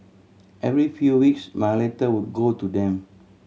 every few weeks my letter would go to them